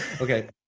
Okay